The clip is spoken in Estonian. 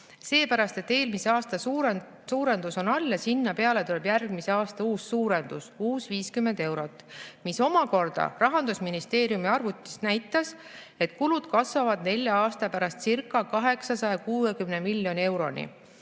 seepärast et eelmise aasta suurendus on all ja sinna peale tuleb järgmise aasta suurendus, uus 50 eurot. Rahandusministeeriumi arvutus näitas, et kulud kasvavad nelja aasta pärastcirca860 miljoni euroni.